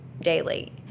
daily